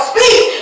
Speak